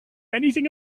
anything